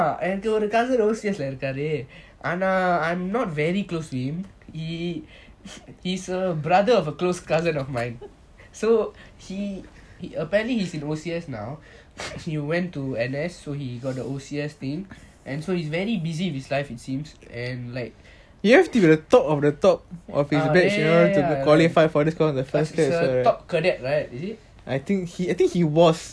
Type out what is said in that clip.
ஆமா என்னக்கு ஒரு:ama ennaku oru cousin O_C_S இருக்காரு:irukaaru um I'm not very close to him he is a brother of a close cousin of mine so err apparently he is in O_C_S now he went to N_S so he got his O_C_S so he is very busy with his life it seems and like must be the top cadet right is it